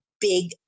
big